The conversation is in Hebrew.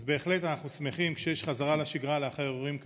אז אנחנו בהחלט שמחים כשיש חזרה לשגרה לאחר אירועים קשים,